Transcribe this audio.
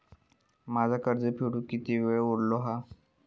माझा कर्ज फेडुक किती वेळ उरलो हा?